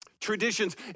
Traditions